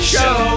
Show